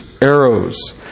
arrows